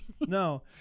No